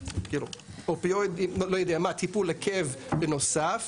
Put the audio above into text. טיפול לכאב בנוסף,